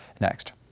next